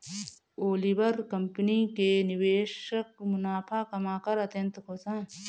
Oliver company के निवेशक मुनाफा कमाकर अत्यंत खुश हैं